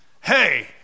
hey